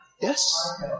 Yes